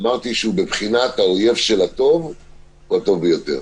אמרתי שהוא בבחינת האויב של הטוב הוא הטוב ביותר.